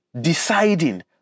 deciding